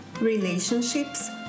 relationships